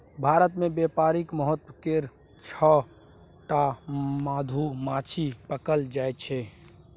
भारत मे बेपारिक महत्व केर छअ टा मधुमाछी पएल जाइ छै